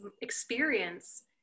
experience